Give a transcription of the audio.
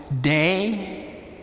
day